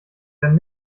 dann